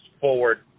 forward